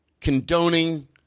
condoning